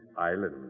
island